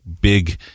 big